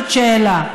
זאת שאלה.